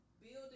building